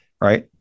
Right